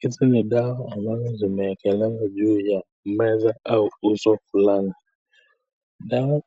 hizi ni dawa ambazo zimewekelewa juu ya meza au uso fulani, dawa